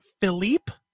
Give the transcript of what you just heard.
Philippe